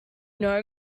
know